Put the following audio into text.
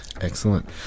Excellent